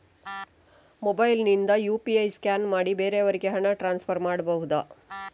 Mobile ನಿಂದ UPI scan ಮಾಡಿ ಬೇರೆಯವರಿಗೆ ಹಣ ಟ್ರಾನ್ಸ್ಫರ್ ಮಾಡಬಹುದ?